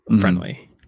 friendly